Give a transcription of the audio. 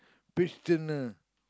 beach dinner